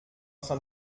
train